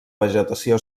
vegetació